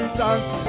does